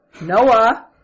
Noah